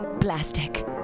plastic